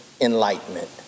enlightenment